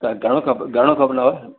त घणो खपे घणो खपंदव